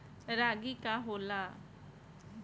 रागी का होला?